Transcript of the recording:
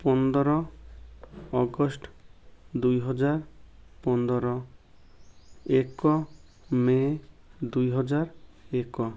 ପନ୍ଦର ଅଗଷ୍ଟ ଦୁଇହଜାର ପନ୍ଦର ଏକ ମେ ଦୁଇହଜାର ଏକ